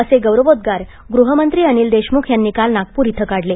असे गौरवोद्वार गृहमंत्री अनिल देशमुख यांनी काल नागपूर इथं काढले